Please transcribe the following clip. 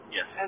Yes